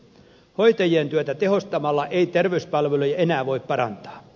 hoitajien työtä tehostamalla ei terveyspalveluja enää voi parantaa